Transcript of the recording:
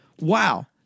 Wow